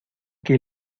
que